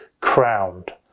crowned